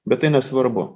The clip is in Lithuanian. bet tai nesvarbu